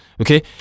Okay